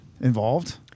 involved